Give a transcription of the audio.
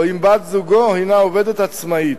או אם בת-זוגו היא עובדת עצמאית.